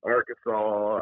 Arkansas